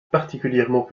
particulièrement